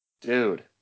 Dude